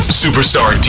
superstar